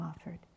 offered